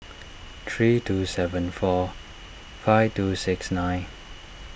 three two seven four five two six nine